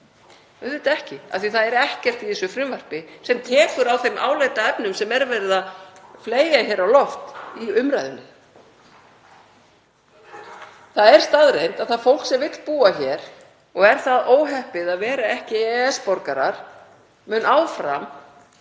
auðvitað ekki, af því að það er ekkert í þessu frumvarpi sem tekur á þeim álitaefnum sem verið er að fleygja hér á loft í umræðunni. Það er staðreynd að fólk sem vill búa hér og er svo óheppið að vera ekki EES-borgarar mun áfram